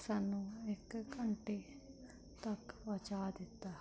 ਸਾਨੂੰ ਇੱਕ ਘੰਟੇ ਤੱਕ ਪਹੁੰਚਾ ਦਿੱਤਾ